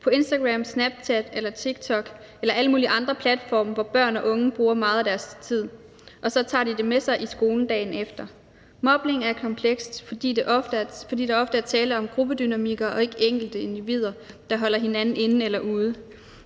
på Instagram, Snapchat eller TikTok eller på alle mulige andre platforme, hvor børn og unge bruger meget af deres tid, og så tager de det med sig i skolen dagen efter. Mobning er komplekst, fordi der ofte er tale om gruppedynamikker og ikke enkelte individer, der holder hinanden inde eller ude.